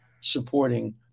supporting